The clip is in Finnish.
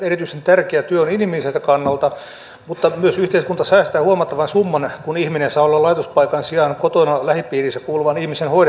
erityisen tärkeää työ on inhimilliseltä kannalta mutta yhteiskunta myös säästää huomattavan summan kun ihminen saa olla laitospaikan sijaan kotona lähipiiriinsä kuuluvan ihmisen hoidettavana